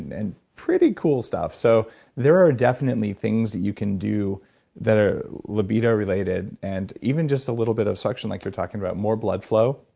and pretty cool stuff. so there are definitely things that you can do that are libido related, and even just a little bit of suction, like you're talking about more blood flow.